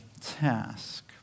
task